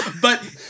But-